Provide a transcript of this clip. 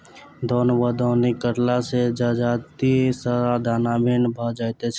दौन वा दौनी करला सॅ जजाति सॅ दाना भिन्न भ जाइत छै